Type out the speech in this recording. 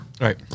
Right